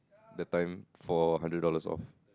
that time for a hundred dollars off